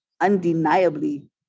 undeniably